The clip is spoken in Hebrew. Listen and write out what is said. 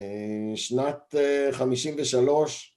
שנת חמישים ושלוש